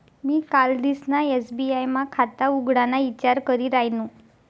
मी कालदिसना एस.बी.आय मा खाता उघडाना ईचार करी रायनू